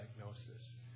diagnosis